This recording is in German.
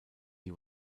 die